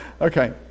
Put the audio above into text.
okay